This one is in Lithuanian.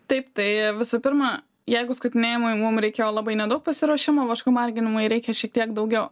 taip tai visų pirma jeigu skutinėjimui mum reikėjo labai nedaug pasiruošimo vašku marginimui reikia šiek tiek daugiau